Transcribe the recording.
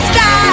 Sky